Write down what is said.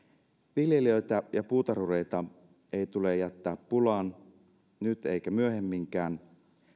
viljelijöitä ja puutarhureita ei tule jättää pulaan nyt eikä myöhemminkään